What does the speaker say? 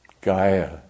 Gaia